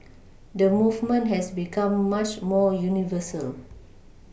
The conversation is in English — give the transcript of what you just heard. the movement has become much more universal